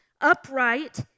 upright